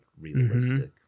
realistic